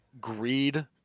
greed